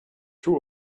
two